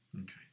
Okay